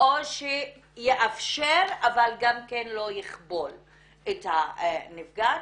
או שיאפשר אבל גם לא יכבול את הנפגעת.